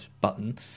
button